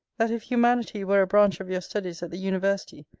that if humanity were a branch of your studies at the university,